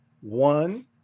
One